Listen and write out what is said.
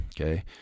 okay